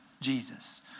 Jesus